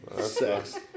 Sex